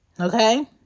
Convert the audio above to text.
Okay